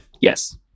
Yes